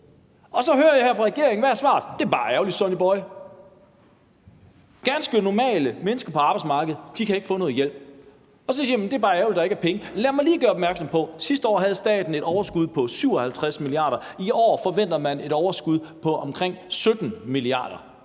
og så hører jeg her fra regeringen, at svaret er, at det bare er ærgerligt, Sonnyboy. Ganske normale mennesker på arbejdsmarkedet kan ikke få noget hjælp, og så siger man, at det bare er ærgerligt, at der ikke er penge. Lad mig lige gøre opmærksom på, at staten sidste år havde et overskud på 57 mia. kr., og at man i år forventer et overskud på omkring 17 mia. kr.